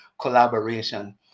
collaboration